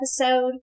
episode